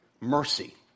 Mercy